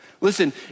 listen